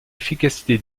efficacité